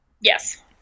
Yes